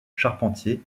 charpentier